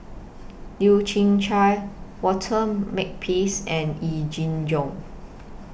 Leu Yew Chye Walter Makepeace and Yee Jenn Jong